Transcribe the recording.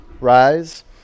rise